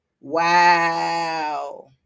Wow